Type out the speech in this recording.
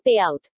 Payout